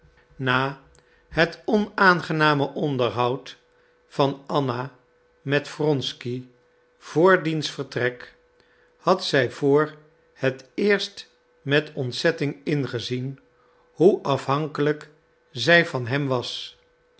na het onaangename onderhoud van anna met wronsky vr diens vertrek had zij voor het eerst met ontzetting ingezien hoe afhankelijk zij van hem was